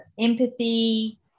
empathy